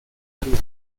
día